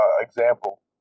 example